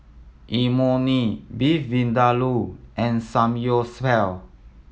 Imoni Beef Vindaloo and Samgyeopsal